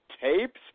tapes